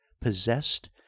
possessed